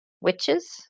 witches